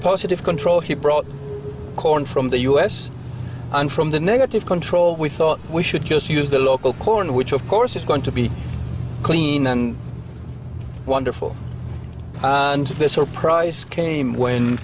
positive control he brought corn from the us and from the negative control we thought we should just use the local corn which of course is going to be clean and wonderful surprise came when